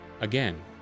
Again